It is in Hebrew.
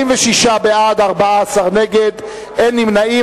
46 בעד, 14 נגד, אין נמנעים.